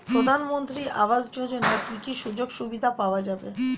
প্রধানমন্ত্রী আবাস যোজনা কি কি সুযোগ সুবিধা পাওয়া যাবে?